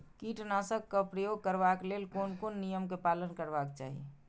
कीटनाशक क प्रयोग करबाक लेल कोन कोन नियम के पालन करबाक चाही?